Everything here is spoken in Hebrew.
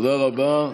תודה רבה.